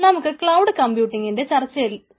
നമുക്ക് ക്ലൌഡ് കമ്പ്യൂട്ടിഗിന്റെ ചർച്ച തുടരാം